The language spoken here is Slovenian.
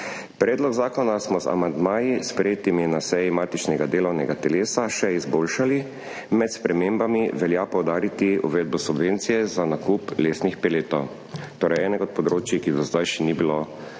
Predlog zakona smo z amandmaji, sprejetimi na seji matičnega delovnega telesa, še izboljšali. Med spremembami velja poudariti uvedbo subvencije za nakup lesnih peletov. Torej enega od področij, ki do zdaj še ni bilo obravnavano